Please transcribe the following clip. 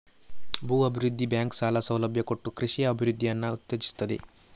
ಭೂ ಅಭಿವೃದ್ಧಿ ಬ್ಯಾಂಕು ಸಾಲ ಸೌಲಭ್ಯ ಕೊಟ್ಟು ಕೃಷಿಯ ಅಭಿವೃದ್ಧಿಯನ್ನ ಉತ್ತೇಜಿಸ್ತದೆ